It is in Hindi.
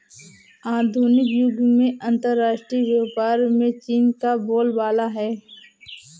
आधुनिक युग में अंतरराष्ट्रीय व्यापार में चीन का बोलबाला है